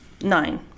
Nine